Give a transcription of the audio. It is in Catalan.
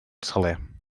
saler